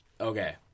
Okay